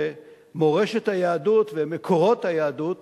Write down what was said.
שמורשת היהדות ומקורות היהדות